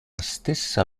stessa